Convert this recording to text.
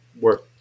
work